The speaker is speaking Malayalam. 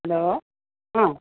ഹലോ ആ